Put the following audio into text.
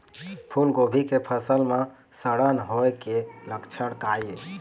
फूलगोभी के फसल म सड़न होय के लक्षण का ये?